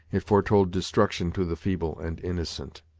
it foretold destruction to the feeble and innocent.